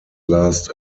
last